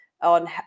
on